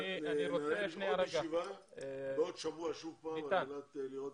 ביטן,